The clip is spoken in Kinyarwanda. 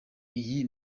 iyi